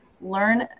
learn